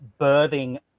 birthing